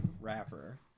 rapper